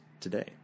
today